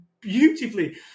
beautifully